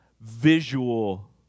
visual